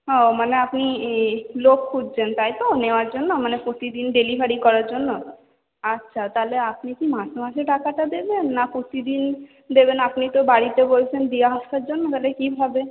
হ্যাঁ মানে আপনি লোক খুঁজছেন তাই তো নেওয়ার জন্য মানে প্রতিদিন ডেলিভারি করার জন্য আচ্ছা তাহলে আপনি কি মাসে মাসে টাকাটা দেবেন না প্রতিদিন দেবেন আপনি তো বাড়িতে বলছেন দিয়ে আসার জন্য তাহলে কীভাবে